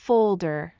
Folder